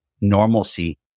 normalcy